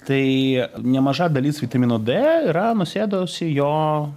tai nemaža dalis vitamino d yra nusėdusi jo